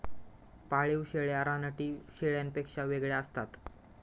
पाळीव शेळ्या रानटी शेळ्यांपेक्षा वेगळ्या असतात